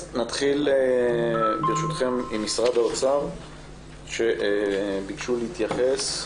נתחיל, ברשותכם, עם משרד האוצר שביקשו להתייחס.